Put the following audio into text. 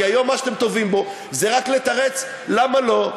כי היום מה שאתם טובים בו זה רק לתרץ למה לא,